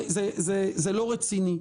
זה לא רציני.